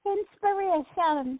Inspiration